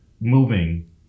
moving